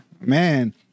man